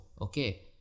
Okay